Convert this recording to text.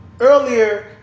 earlier